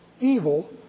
evil